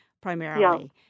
primarily